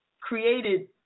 created